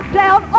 down